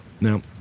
now